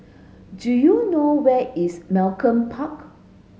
do you know where is Malcolm Park